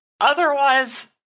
otherwise